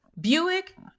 Buick